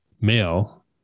male